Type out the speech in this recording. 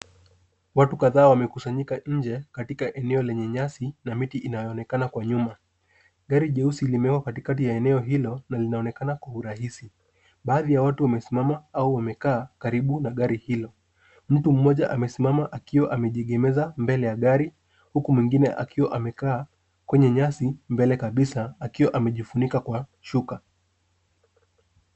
Watu kadhaa wamekusanyika nje, katika eneo lenye nyasi na miti inayooneka kwa nyuma. Gari jeusi limewekwa katikati ya eneo hilo na linaonekana kwa urahisi. Baadhi ya watu wamesimama au wamekaa karibu na gari hilo. Mtu mmoja amesimama akiwa amejiegemeza mbele ya gari huku mwingine akiwa amekaa kwenye nyasi mbele kabisa akiwa amejifunika kwa shuka.